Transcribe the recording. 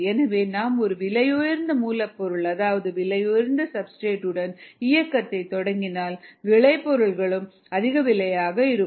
எனவே நாம் ஒரு விலையுயர்ந்த மூலப்பொருள் அதாவது விலையுயர்ந்த சப்ஸ்டிரேட் உடன் இயக்கத்தை தொடங்கினால் விளை பொருட்களும் அதிக விலையாக இருக்கும்